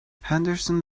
henderson